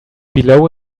below